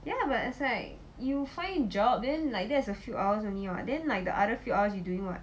ya but is like you find job then like that's a few hours only [what] then like the other few hours you do what